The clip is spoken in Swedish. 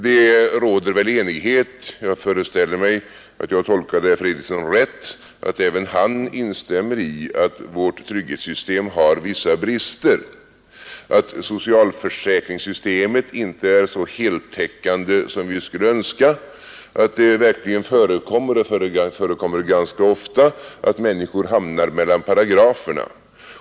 Det råder väl enighet om — jag föreställer mig att jag tolkade herr Fredriksson rätt och att även han instämmer i det =— att vårt trygghetssystem har vissa brister, att socialförsäkringssystemet inte är så heltäckande som vi skulle önska samt att det verkligen förekommer, och förekommer ganska ofta, att människor hamnar mellan paragraferna.